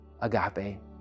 Agape